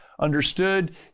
understood